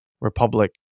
Republic